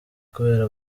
kubera